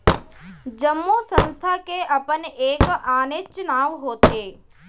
जम्मो संस्था के अपन एक आनेच्च नांव होथे